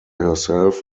herself